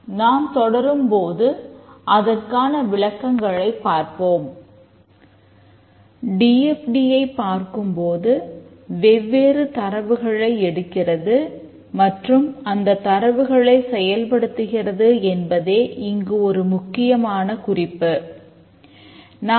நாம் தொடரும்போது அதற்கான விளக்கங்களைப் பார்ப்போம்